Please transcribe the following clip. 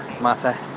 matter